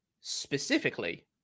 specifically